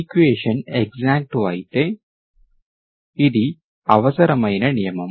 equation exact అయితే ఇది అవసరమైన నియమo